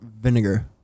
vinegar